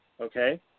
Okay